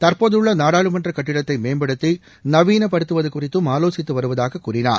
தற்போதுள்ள நாடாளுமன்றக் கட்டடத்தை மேம்படுத்தி நவீனப்படுத்துவது குறித்தும் ஆலோசித்து வருவதாகக் கூறினார்